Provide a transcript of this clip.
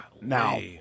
Now